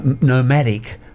nomadic